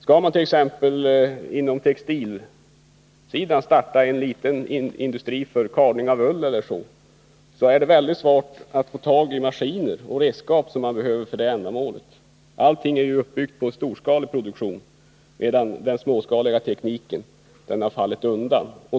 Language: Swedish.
Skall man t.ex. starta en liten textilindustri för kardning av ull e. d. är det mycket svårt att få tag i de maskiner och redskap som man behöver för det ändamålet. Allting är uppbyggt på storskalig produktion, medan den småskaliga tekniken fallit undan.